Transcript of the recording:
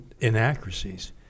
inaccuracies